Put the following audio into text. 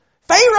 Pharaoh